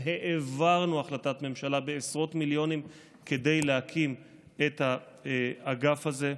העברנו החלטת ממשלה בעשרות מיליונים כדי להקים את האגף הזה.